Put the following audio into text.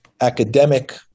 academic